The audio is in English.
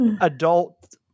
adult